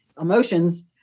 emotions